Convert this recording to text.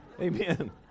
Amen